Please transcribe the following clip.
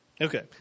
Okay